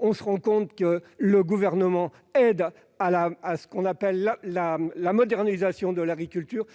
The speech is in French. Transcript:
On se rend compte que le Gouvernement aide à ce que l'on appelle « la modernisation de l'agriculture »,